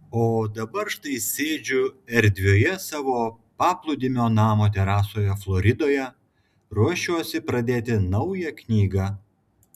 o dabar štai sėdžiu erdvioje savo paplūdimio namo terasoje floridoje ruošiuosi pradėti naują knygą